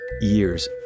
years